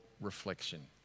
reflection